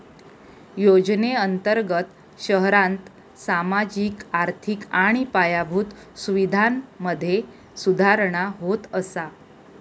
योजनेअंर्तगत शहरांत सामाजिक, आर्थिक आणि पायाभूत सुवीधांमधे सुधारणा होत असा